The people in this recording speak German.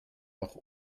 auch